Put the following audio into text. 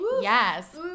yes